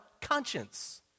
conscience